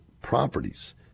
properties